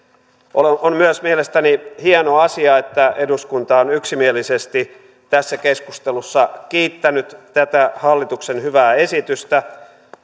on myös mielestäni hieno asia että eduskunta on yksimielisesti tässä keskustelussa kiittänyt tätä hallituksen hyvää esitystä